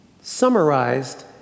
Summarized